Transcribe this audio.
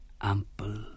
ample